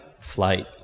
flight